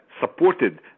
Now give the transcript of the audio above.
supported